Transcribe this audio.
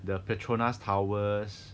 the petronas towers